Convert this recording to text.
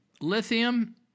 lithium